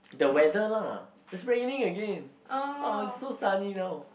the weather lah it's raining again oh is so sunny now